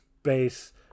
space